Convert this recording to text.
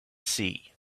see